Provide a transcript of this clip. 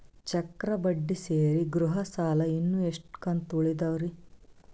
ಚಕ್ರ ಬಡ್ಡಿ ಸೇರಿ ಗೃಹ ಸಾಲ ಇನ್ನು ಎಷ್ಟ ಕಂತ ಉಳಿದಾವರಿ?